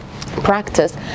practice